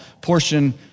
portion